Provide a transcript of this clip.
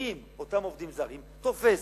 שמגדירים אותם עובדים זרים, תופסת.